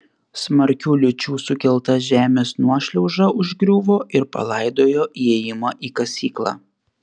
smarkių liūčių sukelta žemės nuošliauža užgriuvo ir palaidojo įėjimą į kasyklą